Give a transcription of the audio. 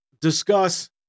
discuss